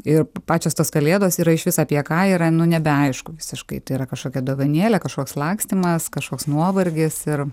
ir pačios tos kalėdos yra išvis apie ką yra nu nebeaišku visiškai tai yra kažkokia dovanėlė kažkoks lakstymas kažkoks nuovargis ir